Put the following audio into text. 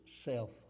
self